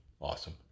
awesome